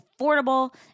affordable